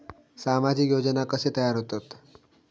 सामाजिक योजना कसे तयार होतत?